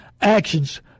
Actions